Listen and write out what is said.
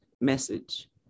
message